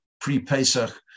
pre-Pesach